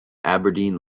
aberdeen